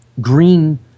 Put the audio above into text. green